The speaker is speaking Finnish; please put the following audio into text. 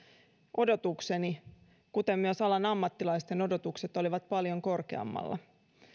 odotukseni kuten myös alan ammattilaisten odotukset olivat paljon korkeammalla